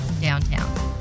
downtown